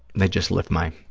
they just lift my